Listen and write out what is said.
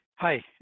Hi